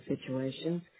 situations